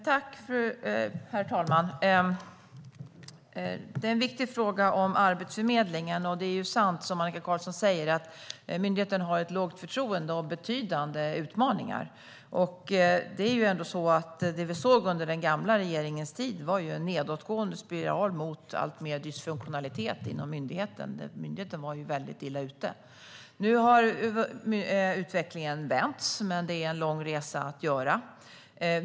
Herr talman! Det är en viktig fråga om Arbetsförmedlingen. Det är sant som Annika Qarlsson säger att myndigheten har ett lågt förtroende och betydande utmaningar. Under den gamla regeringens tid såg vi en nedåtgående spiral mot allt större dysfunktionalitet inom myndigheten. Den var väldigt illa ute. Nu har utvecklingen vänts, men det är en lång resa att göra.